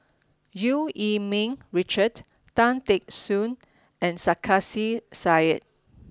Eu Yee Ming Richard Tan Teck Soon and Sarkasi Said